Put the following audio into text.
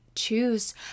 choose